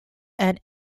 and